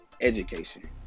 education